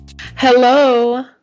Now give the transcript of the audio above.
Hello